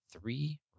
three